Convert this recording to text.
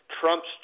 Trump's